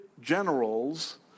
generals